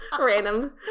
random